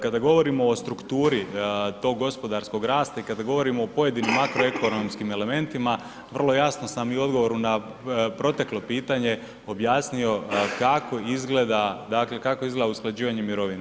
Kada govorimo o strukturi tog gospodarskog rasta i kada govorimo o pojedinim makroekonomskim elementima, vrlo jasno sam i u odgovoru na proteklo pitanje objasnio kako izgleda usklađivanje mirovina.